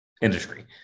industry